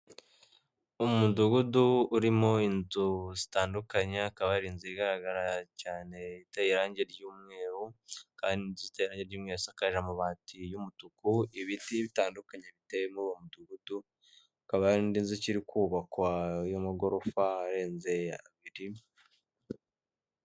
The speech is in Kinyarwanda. Umudugudu urimo inzu zitandukanye hakaba hari inzu igaragara cyane iteye irange ry'umweru kandi inzu iteye irange ry'umweru isakaje amabati y'umutuku, ibiti bitandukanye biteyemo uwo mudugudu, hakaba hari n'indi nzu ikiri kubakwa y'amagorofa arenze abiri.